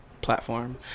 platform